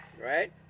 Right